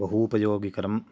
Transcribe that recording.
बहु उपयोगिकरम्